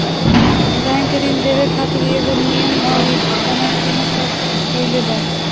bank ऋण देवे खातिर एगो नियम अउरी समय सीमा तय कईले बा